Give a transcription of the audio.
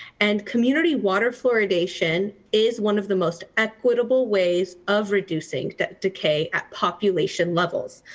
and community water fluoridation is one of the most equitable ways of reducing decay at population levels.